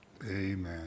amen